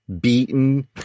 beaten